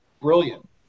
brilliant